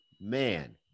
man